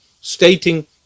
stating